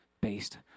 based